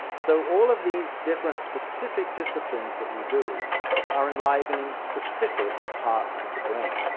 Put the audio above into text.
so all of these different specific disciplines that we do are enlivening specific parts of the brain.